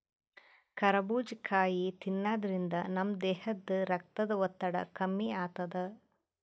ಕರಬೂಜ್ ಕಾಯಿ ತಿನ್ನಾದ್ರಿನ್ದ ನಮ್ ದೇಹದ್ದ್ ರಕ್ತದ್ ಒತ್ತಡ ಕಮ್ಮಿ ಆತದ್